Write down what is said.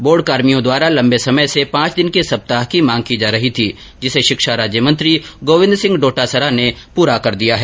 board कार्मिकों द्वारा लम्बे समय से पांच दिन के सप्ताह की मांग की जा रही थी जिसे शिक्षा राज्यमंत्री गोविंद सिंह डोटासरा ने पूरा कर दिया है